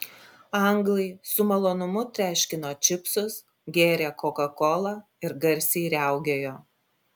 anglai su malonumu treškino čipsus gėrė kokakolą ir garsiai riaugėjo